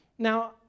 Now